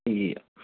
ਠੀਕ ਆ